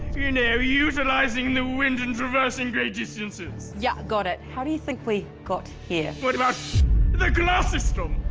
you know, utilizing the wind and traversing great distances? yeah, got it. how do you think we got here? what about the class system?